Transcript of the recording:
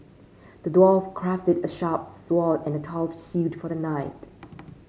the dwarf crafted a sharp sword and a tough shield for the knight